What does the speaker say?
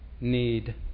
need